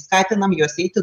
skatinam juos eiti